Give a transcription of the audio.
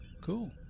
cool